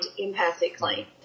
empathically